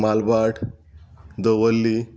Malbhat Davorlim